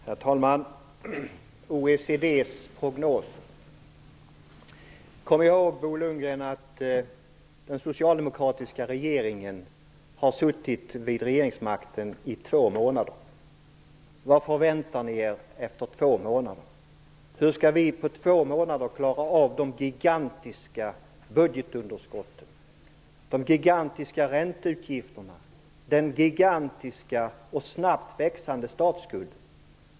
Herr talman! Vad gäller OECD:s prognos: Kom ihåg, Bo Lundgren, att den socialdemokratiska regeringen har suttit vid makten i två månader! Vad förväntar ni er efter två månader? Hur skulle vi på två månader klara av de gigantiska budgetunderskotten och ränteutgifterna liksom den gigantiska och snabbt växande statsskulden?